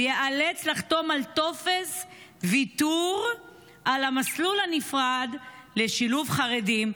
לחתום על טופס ויתור על המסלול הנפרד לשילוב חרדים,